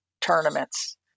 tournaments